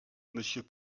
monsieur